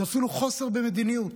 זה אפילו חוסר במדיניות.